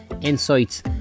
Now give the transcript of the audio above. insights